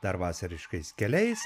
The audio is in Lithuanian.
dar vasariškais keliais